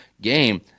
game